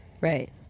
Right